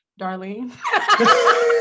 Darlene